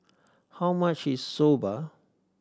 how much is Soba